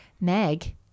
Meg